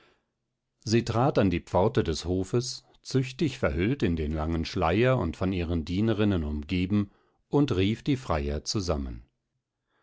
sie trat an die pforte des hofes züchtig verhüllt in den langen schleier und von ihren dienerinnen umgeben und rief die freier zusammen